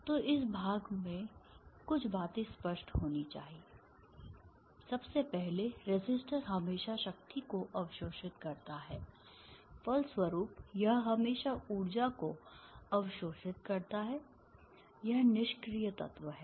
तो इस भाग से कुछ बातें स्पष्ट होनी चाहिए सबसे पहले रेसिस्टर हमेशा शक्ति को अवशोषित करता है फलस्वरूप यह हमेशा ऊर्जा को अवशोषित करता है यह निष्क्रिय तत्व है